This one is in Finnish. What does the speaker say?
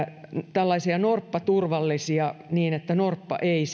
norppaturvallisia niin että norppa ei